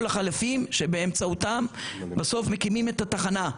החלפים שבאמצעותם בסוף מרימים את התחנה.